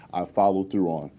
followed through on,